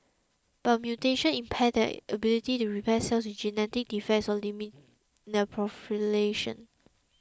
but mutations impair their ability to repair cells with genetic defects or limit their proliferation